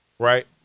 Right